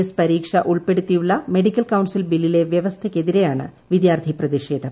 S പരീക്ഷ ഉൾപ്പെടുത്തിയുള്ള medical council ബില്ലിലെ വ്യവസ്ഥയ്ക്കെതിരെയാണ് വിദ്യാർത്ഥി പ്രതിഷേധം